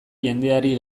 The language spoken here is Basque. jendeari